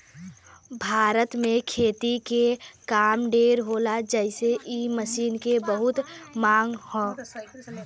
भारत में खेती के काम ढेर होला जेसे इ मशीन के बहुते मांग हौ